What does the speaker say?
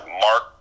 mark